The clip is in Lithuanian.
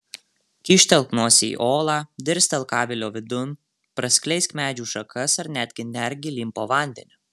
kyštelk nosį į olą dirstelk avilio vidun praskleisk medžių šakas ar netgi nerk gilyn po vandeniu